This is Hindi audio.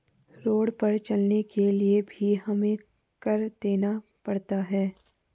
रोड पर चलने के लिए भी हमें कर देना पड़ता है